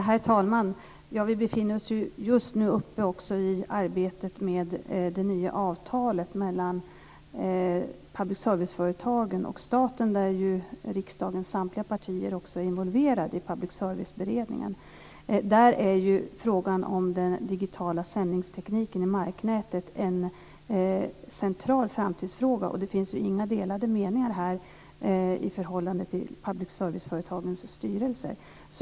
Herr talman! Vi befinner oss just nu mitt uppe i arbetet med det nya avtalet mellan public serviceföretagen och staten, där riksdagens samtliga partier också är involverade i Public service-beredningen. Där är frågan om den digitala sändningstekniken i marknätet en central framtidsfråga. Det finns här inga delade meningar i förhållande till public serviceföretagens styrelser.